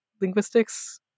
linguistics